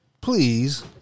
please